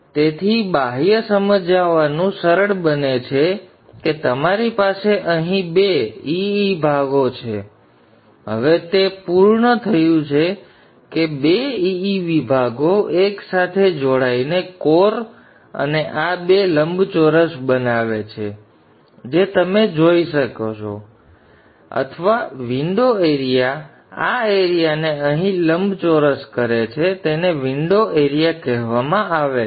તેથી બાહ્ય સમજાવવાનું સરળ બને છે કે તમારી પાસે અહીં બે E E ભાગો છે હવે તે પૂર્ણ થયું છે કે બે E વિભાગો એક સાથે જોડાઈને કોર અને આ બે લંબચોરસ બનાવે છે જે તમે જોઈ રહ્યા છો અથવા વિંડો એરિયા આ એરીયાને અહીં લંબચોરસ કરે છે તેને વિંડો એરિયા કહેવામાં આવે છે